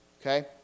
Okay